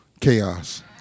Chaos